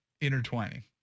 Intertwining